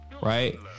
right